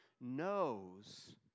knows